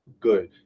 good